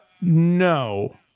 No